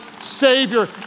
Savior